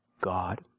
God